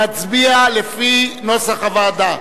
נצביע לפי נוסח הוועדה.